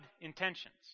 intentions